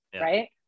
Right